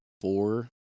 four